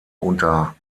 unter